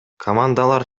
командалар